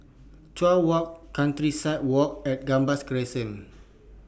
Chuan Walk Countryside Walk and Gambas Crescent